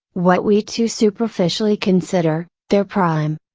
what we too superficially consider, their prime.